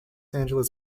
angeles